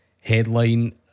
headline